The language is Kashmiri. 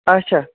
اَچھا